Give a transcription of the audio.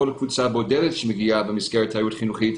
קבוצה בודדת שמגיעה במסגרת תיירות חינוכית,